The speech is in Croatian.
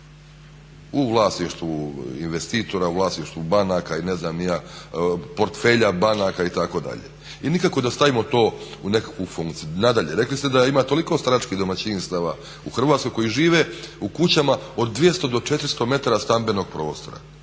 u vlasništvu investitora, u vlasništvu banaka i ne znam ni ja, portfelja banaka itd. I nikako da stavimo to u nekakvu funkciju. Nadalje, rekli ste da ima toliko staračkih domaćinstava koji žive u kućama od 200 do 400 metara stambenog prostora.